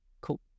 Cool